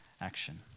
action